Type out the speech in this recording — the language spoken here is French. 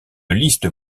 liste